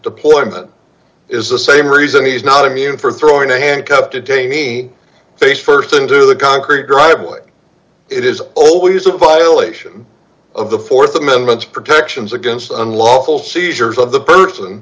deployment is the same reason he's not immune for throwing a hand cup to take me face st into the concrete driveway it is always a violation of the th amendment protections against unlawful seizures of the person